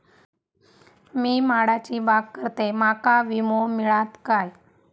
मी माडाची बाग करतंय माका विमो मिळात काय?